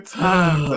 time